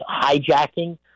hijacking